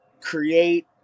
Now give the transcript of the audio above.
create